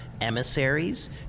emissaries